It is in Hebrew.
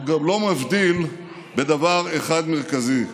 הוא גם לא מבדיל בדבר אחד מרכזי.